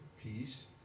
peace